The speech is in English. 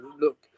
look